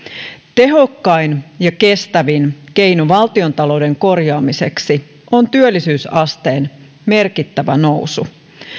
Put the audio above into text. tehokkain ja kestävin keino valtiontalouden korjaamiseksi on työllisyysasteen merkittävä nousu